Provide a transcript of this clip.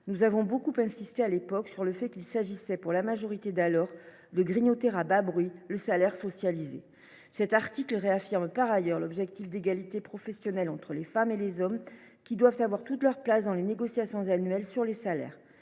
Nous avons beaucoup insisté, à l’époque, sur le fait qu’il s’agissait pour la majorité d’alors de grignoter à bas bruit le salaire socialisé. Par ailleurs, « l’objectif d’égalité professionnelle entre les femmes et les hommes », qui doit avoir toute sa place dans les négociations annuelles sur les salaires,